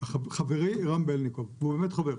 חברי רם בלניקוב, שהוא באמת חבר,